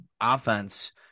offense